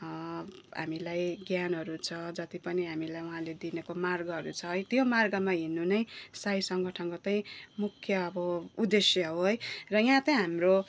हामीलाई ज्ञानहरू छ जति पनि हामीलाई उहाँले दिनेको मार्गहरू छ है त्यो मार्गमा हिँड्नु नै साई सङ्गठनको चाहिँ मुख्य अब उद्देश्य हो है र यहाँ चाहिँ चाहिँ हाम्रो